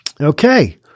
Okay